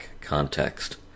context